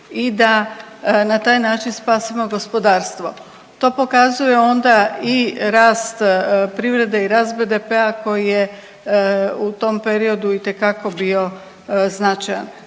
i da na taj način spasimo gospodarstvo. To pokazuje onda i rast privrede i rast BDP-a koji je u tom periodu itekako bio značajan.